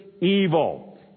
evil